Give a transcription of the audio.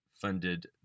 funded